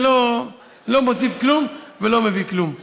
זה לא מוסיף כלום ולא מביא כלום.